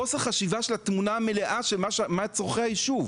חוסר חשיבה וראיית התמונה המלאה מה צורכי היישוב.